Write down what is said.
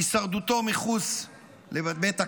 הישרדותו מחוץ לבית הכלא,